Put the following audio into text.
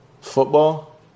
football